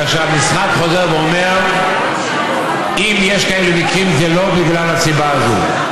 כאשר המשרד חוזר ואומר שאם יש כאלה מקרים זה לא בגלל הסיבה הזו.